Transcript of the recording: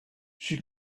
she